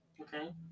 okay